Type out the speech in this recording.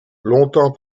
longtemps